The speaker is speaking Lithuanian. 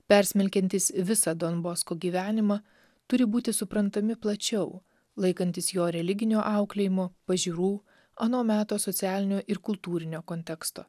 persmelkiantys visą don bosko gyvenimą turi būti suprantami plačiau laikantis jo religinio auklėjimo pažiūrų ano meto socialinio ir kultūrinio konteksto